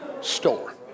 store